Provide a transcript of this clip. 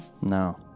No